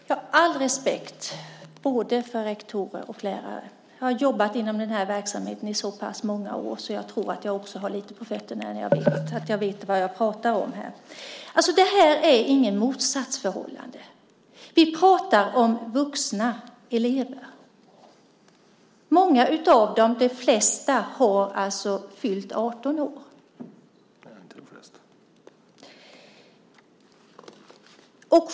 Herr talman! Jag har all respekt för både lärare och rektorer. Jag har jobbat inom den här verksamheten i så pass många år att jag tror att jag har lite på fötterna och vet vad jag pratar om. Det här är inget motsatsförhållande. Vi pratar om vuxna elever. Många av dem, de flesta, har fyllt 18 år.